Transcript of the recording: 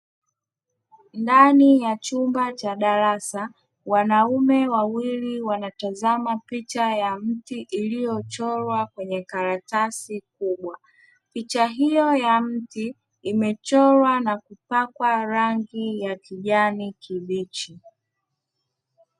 Ndani ya chumba cha darasa, wanaume wawili wanatazama picha ya mti, iliyochorwa kwenye karatasi kubwa. Picha hiyo ya mti, imechorwa na kupakwa rangi ya kijani kibichi.